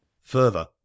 Further